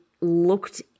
looked